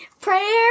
Prayer